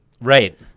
Right